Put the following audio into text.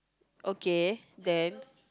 okay then